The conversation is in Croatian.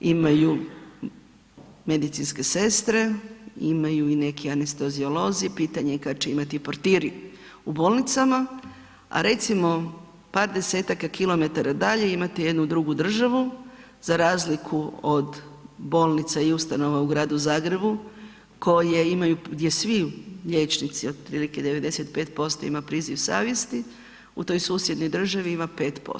Imaju medicinske sestre, imaju i neki anesteziolozi, pitanje kad će imati i portiri u bolnicama, a recimo par 10-taka kilometara dalje imate jednu drugu državu za razliku od bolnica i ustanova i Gradu Zagrebu koje imaju, gdje svi liječnici otprilike 95% ima priziv savjesti, u toj susjednoj državi ima 5%